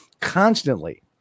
constantly